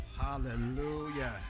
Hallelujah